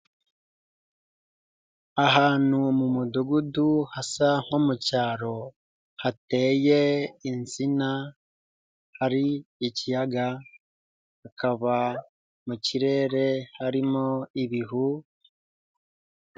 Ahantu mu mudugudu hasa nko mu cyaro hateye insina, hari ikiyaga hakaba mu kirere harimo ibihu.